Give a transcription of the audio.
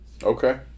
Okay